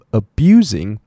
abusing